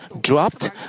dropped